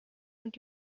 und